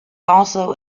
also